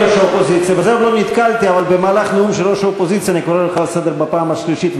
אני קורא אותך לסדר בפעם השנייה.